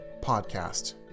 Podcast